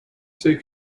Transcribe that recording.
two